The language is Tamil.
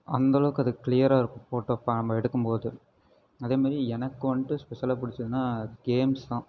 அந்தளவுக்கு அது கிளியராக இருக்கும் ஃபோட்டோ இப்போது நம்ம எடுக்கும்போது அதே மாதிரி எனக்கு வந்துட்டு ஸ்பெஷலாக பிடிச்சதுனா கேம்ஸ் தான்